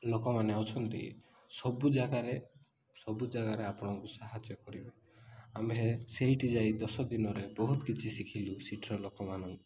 ଲୋକମାନେ ଅଛନ୍ତି ସବୁ ଜାଗାରେ ସବୁ ଜାଗାରେ ଆପଣଙ୍କୁ ସାହାଯ୍ୟ କରିବେ ଆମ୍ଭେ ସେଇଠି ଯାଇ ଦଶ ଦିନରେ ବହୁତ କିଛି ଶିଖିଲୁ ସେଇଠିର ଲୋକମାନଙ୍କୁ